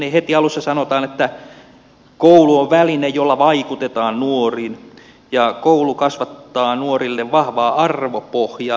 heti alussa sanotaan että koulu on väline jolla vaikutetaan nuoriin ja koulu kasvattaa nuorille vahvaa arvopohjaa